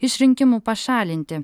iš rinkimų pašalinti